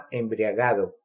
embriagado